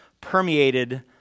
permeated